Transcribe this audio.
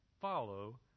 follow